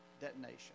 detonation